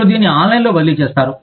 మీరు దీన్ని ఆన్లైన్లో బదిలీ చేస్తారు